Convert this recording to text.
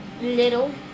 little